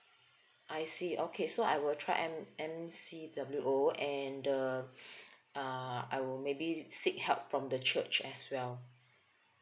I see okay so I will try M~ M_C_W_O and uh ah I will maybe seek help from the church as well